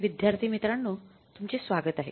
विद्यार्थी मित्रांनो तुमचे स्वागत आहे